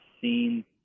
seen